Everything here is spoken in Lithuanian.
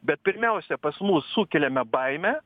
bet pirmiausia pas mus sukeliame baimę